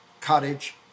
cottage